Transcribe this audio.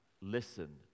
Listen